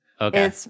Okay